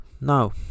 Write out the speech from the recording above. Now